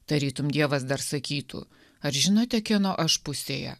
tarytum dievas dar sakytų ar žinote kieno aš pusėje